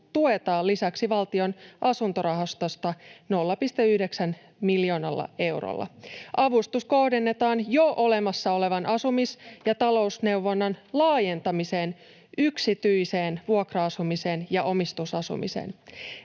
tuetaan lisäksi Valtion asuntorahastosta 0,9 miljoonalla eurolla. Avustus kohdennetaan jo olemassa olevan asumis- ja talousneuvonnan laajentamiseen yksityiseen vuokra-asumiseen ja omistusasumiseen.